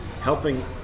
helping